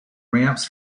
ramps